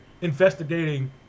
investigating